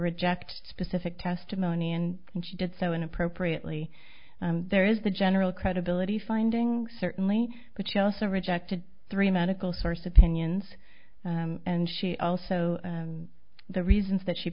reject specific testimony and she did so and appropriately there is the general credibility finding certainly but she also rejected three medical source opinions and she also the reasons that she